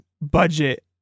budget